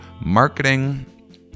marketing